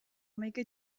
hamaika